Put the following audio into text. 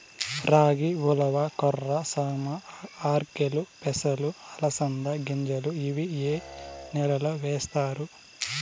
రాగి, ఉలవ, కొర్ర, సామ, ఆర్కెలు, పెసలు, అలసంద గింజలు ఇవి ఏ నెలలో వేస్తారు?